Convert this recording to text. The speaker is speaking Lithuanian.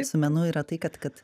su menu yra tai kad kad